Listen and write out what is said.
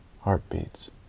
heartbeats